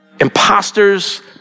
imposters